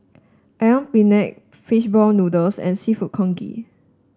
ayam Penyet fish ball noodles and seafood Congee